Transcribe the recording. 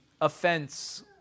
offense